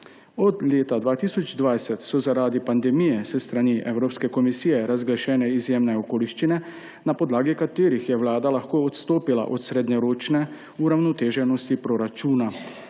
Od leta 2020 so zaradi pandemije s strani Evropske komisije razglašene izjemne okoliščine, na podlagi katerih je vlada lahko odstopila od srednjeročne uravnoteženosti proračuna.